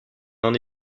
n’en